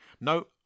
No